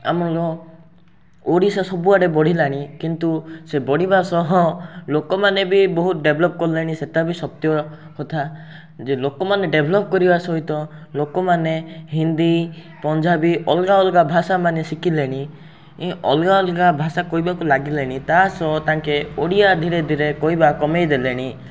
ଆମର ଓଡ଼ିଶା ସବୁଆଡ଼େ ବଢ଼ିଲାଣି କିନ୍ତୁ ସେ ବଢ଼ିବା ସହ ଲୋକମାନେ ବି ବହୁତ ଡେଭେଲପ୍ କଲେଣି ସେଇଟାବି ସତ୍ୟ କଥା ଯେ ଲୋକମାନେ ଡେଭେଲପ୍ କରିବା ସହିତ ଲୋକମାନେ ହିନ୍ଦୀ ପଞ୍ଜାବୀ ଅଲଗା ଅଲଗା ଭାଷାମାନେ ଶିଖିଲେଣି ଅଲଗା ଅଲଗା ଭାଷା କହିବାକୁ ଲାଗିଲେଣି ତା' ସହ ତାଙ୍କେ ଓଡ଼ିଆ ଧିରେଧିରେ କହିବା କମେଇ ଦେଲେଣି